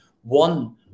one